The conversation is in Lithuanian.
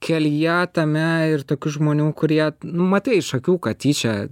kelyje tame ir tokių žmonių kurie matai iš akių kad tyčia